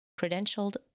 credentialed